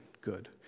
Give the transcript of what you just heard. good